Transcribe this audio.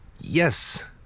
yes